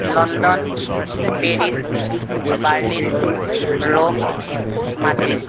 London Paris Berlin Rome Madrid